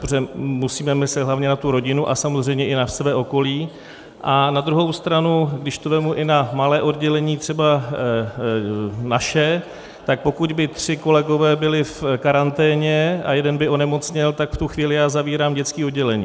protože musíme myslet hlavně na tu rodinu a samozřejmě i na své okolí, a na druhou stranu když to vezmu i na malé oddělení třeba naše, tak pokud by tři kolegové byli v karanténě a jeden by onemocněl, tak v tu chvíli já zavírám dětské oddělení.